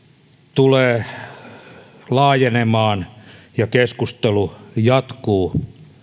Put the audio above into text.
tulee laajenemaan ja keskustelu jatkuu